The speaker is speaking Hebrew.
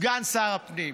סגן שר הפנים,